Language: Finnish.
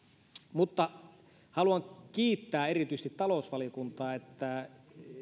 haluan kiittää erityisesti talousvaliokuntaa että